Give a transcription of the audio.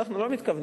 אנחנו לא מתכוונים,